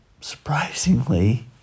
surprisingly